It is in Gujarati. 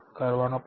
22 1